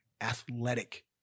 athletic